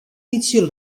bytsje